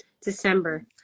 December